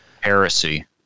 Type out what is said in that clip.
Heresy